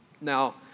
Now